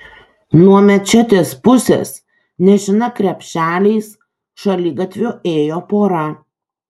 nuo mečetės pusės nešina krepšeliais šaligatviu ėjo pora